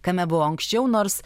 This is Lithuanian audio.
kame buvau anksčiau nors